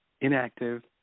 inactive